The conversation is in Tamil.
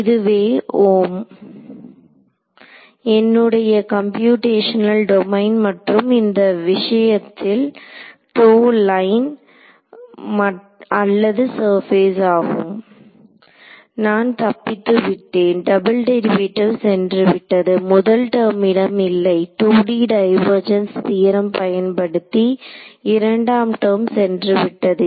இதுவே என்னுடைய கம்ப்யுடேஷனல் டொமைன் மற்றும் இந்த விஷயத்தில் லைன் அல்லது சர்பேஸ் ஆகும் நான் தப்பித்து விட்டேன்டபுள் டெரிவேட்டிவ் சென்றுவிட்டது முதல் டெர்மிடம் இல்லை 2D டைவர்ஜென்ஸ் தியரம் பயன்படுத்தி இரண்டாம் டெர்ம் சென்றுவிட்டது